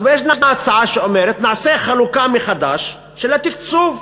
אז יש הצעה שאומרת: נעשה חלוקה מחדש של התקצוב,